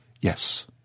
yes